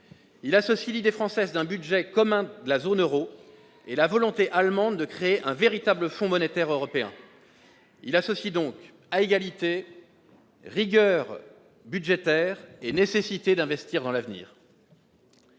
il associe l'idée française d'un budget commun de la zone euro et la volonté allemande de créer un véritable Fonds monétaire européen. Il associe donc à égalité rigueur budgétaire et nécessité d'investir dans l'avenir.